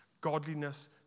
Godliness